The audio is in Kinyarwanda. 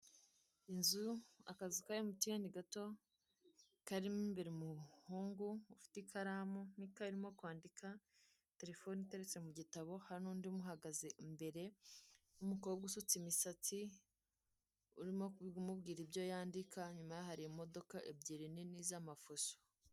Inzu akazu ka emutiyene gato karimo imbere umuhungu ufite ikaramu n'ikayi arimo kwandika, terefone iteretse mu gitabo hari n'undi umuhagaze imbere w'umukobwa usutse imisatsi urimo kumubwira ibyo yandika, inyuma yaho hari imodoka ebyiri nini z'amafuso.